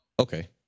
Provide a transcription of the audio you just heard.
Okay